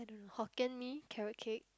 Hokkien-Mee carrot-cake